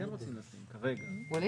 חברים,